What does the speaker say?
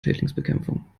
schädlingsbekämpfung